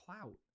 clout